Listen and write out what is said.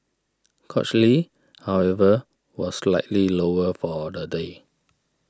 cochlear however was slightly lower for the day